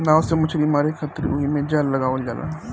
नाव से मछली मारे खातिर ओहिमे जाल लगावल जाला